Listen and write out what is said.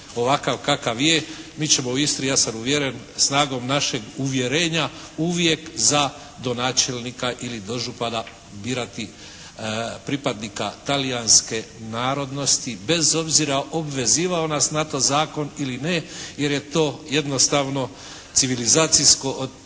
ovakav kakav je mi ćemo u Istri ja sam uvjeren snagom našeg uvjerenja uvijek za donačelnika ili dožupana birati pripadnika Talijanske narodnosti bez obzira obvezivao nas na to zakon ili ne jer je to jednostavno civilizacijsko dostignuće